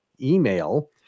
email